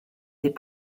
des